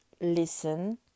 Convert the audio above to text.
listen